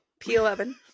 P11